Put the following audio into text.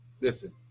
listen